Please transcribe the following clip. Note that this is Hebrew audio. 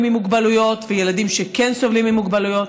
ממוגבלויות וילדים שכן סובלים ממוגבלויות.